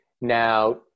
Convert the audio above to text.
Now